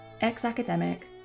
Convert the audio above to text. ex-academic